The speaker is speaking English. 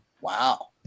Wow